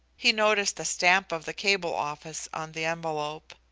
he noticed the stamp of the cable office on the envelope.